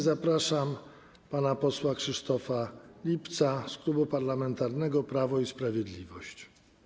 Zapraszam pan posła Krzysztofa Lipca z Klubu Parlamentarnego Prawo i Sprawiedliwość.